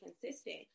consistent